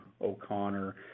O'Connor